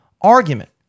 argument